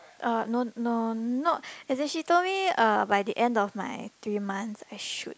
uh no no not as in she told me uh by the end of my three months I should